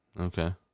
okay